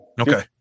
Okay